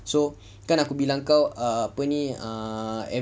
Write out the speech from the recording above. so kan aku bilang kau apa ni err